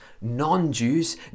non-Jews